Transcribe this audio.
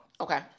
Okay